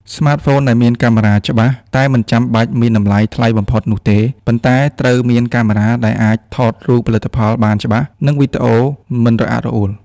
ស្មាតហ្វូនដែលមានកាមេរ៉ាច្បាស់ តែមិនចាំបាច់មានតម្លៃថ្លៃបំផុតនោះទេ ប៉ុន្តែត្រូវមានកាមេរ៉ាដែលអាចថតរូបផលិតផលបានច្បាស់ និងវីដេអូមិនរអាក់រអួល។